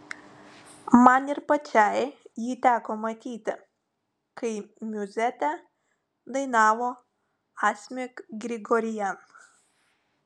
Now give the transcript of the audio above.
man ir pačiai jį teko matyti kai miuzetę dainavo asmik grigorian